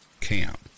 camp